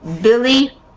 Billy